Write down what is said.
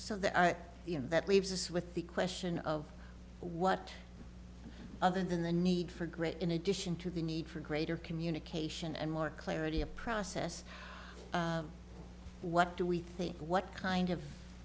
so the i you know that leaves us with the question of what other than the need for greater in addition to the need for greater communication and more clarity of process what do we think what kind of